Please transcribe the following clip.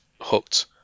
hooked